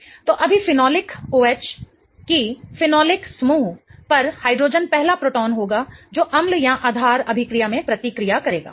तो अभी phenolic OH कि फेनोलिक समूह पर हाइड्रोजन पहला प्रोटॉन होगा जो अम्ल और आधार अभिक्रिया में प्रतिक्रिया करेगा